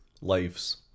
lives